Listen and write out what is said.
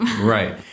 Right